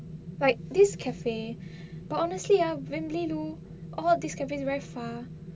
like this cafe but honestly ah vimbli lu all these cafe very far